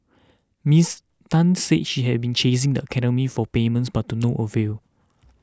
Miss Tan said she had been chasing the academy for payments but to no avail